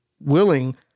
willing